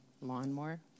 Lawnmower